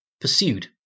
pursued